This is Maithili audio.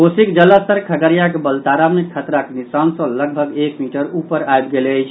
कोसीक जलस्तर खगड़ियाक बलतारा मे खतराक निशान सँ लगभग एक मीटर ऊपर अबि गेल अछि